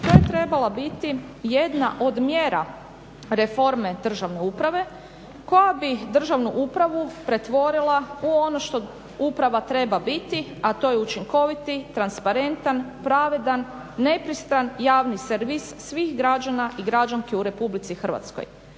To je trebala biti jedna od mjera reforme državne uprave koja bi državnu upravu pretvorila u ono što uprava treba biti a to je učinkoviti, transparentan, pravedan, nepristran javni servis svih građana i građanki u RH. Svi koji